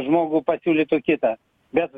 žmogų pasiūlytų kitą bet